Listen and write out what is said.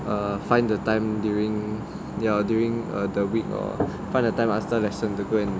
err find the time during ya during the week lor find the time after lesson to go and